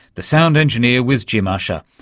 the sound engineer was jim ussher.